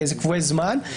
איזה זמנים.